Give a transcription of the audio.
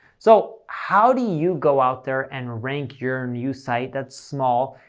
so, how do you go out there and rank your new site that's small,